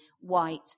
white